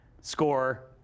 score